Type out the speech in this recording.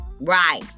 Right